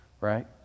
Right